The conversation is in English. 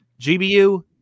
GBU